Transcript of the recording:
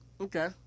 Okay